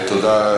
תודה.